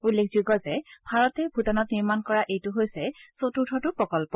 উল্লেখযোগ্য যে ভাৰতে ভূটানত নিৰ্মাণ কৰা এইটো হৈছে চতুৰ্থটো প্ৰকল্প